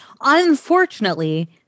Unfortunately